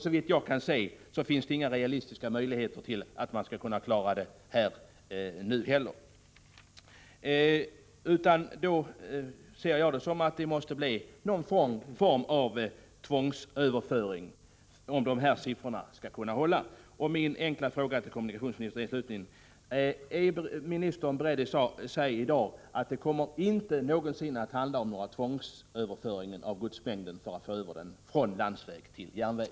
Såvitt jag kan se finns det inga realistiska möjligheter att man skall klara av det nu heller. Som jag ser det måste det bli fråga om någon form av tvångsöverföring om siffran 3 miljoner ton skall kunna uppnås. Min fråga till kommunikationsministern blir slutligen: Är ministern beredd att i dag säga att det aldrig någonsin kommer att handla om tvångsöverföring av godsmängden för att få över den från landsväg till järnväg?